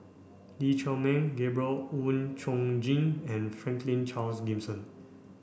Lee Chiaw Meng Gabriel Oon Chong Jin and Franklin Charles Gimson